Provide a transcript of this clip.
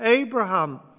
Abraham